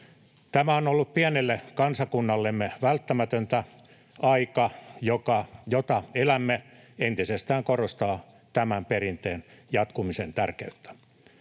Tämä on ollut pienelle kansakunnallemme välttämätöntä. Aika, jota elämme, entisestään korostaa tämän perinteen jatkumisen tärkeyttä.